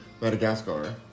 madagascar